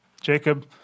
Jacob